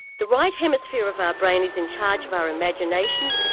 the right hemisphere of our brain is in charge of our imagination,